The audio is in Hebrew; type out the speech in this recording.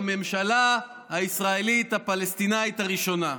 הממשלה הישראלית-פלסטינית הראשונה.